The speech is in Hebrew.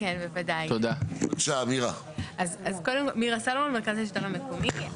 כן, מירה סלומון, מרכז השלטון המקומי.